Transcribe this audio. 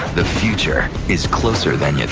the future is closer than yeah